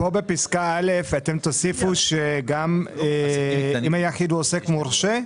אבל פה בפסקה (א) אתם תוסיפו שאם היחיד הוא עוסק מורשה?